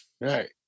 Right